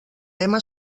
lema